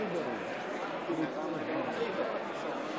חברות וחברי הכנסת,